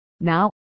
Now